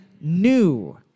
new